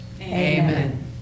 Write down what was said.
Amen